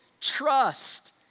trust